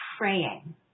praying